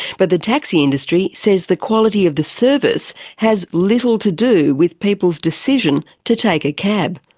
but the taxi industry says the quality of the service has little to do with people's decision to take a cab.